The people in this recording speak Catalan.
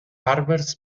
bàrbars